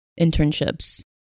internships